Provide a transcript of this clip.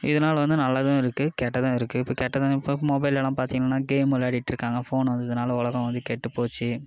இதனால வந்து நல்லதும் இருக்குது கெட்டதும் இருக்குது இப்போ கெட்டது இப்போ மொபைலில் பார்த்திங்கனா கேம் விளையாடிட்டு இருக்காங்க ஃபோன் வந்ததுனால் உலகம் வந்து கெட்டுப்போச்சு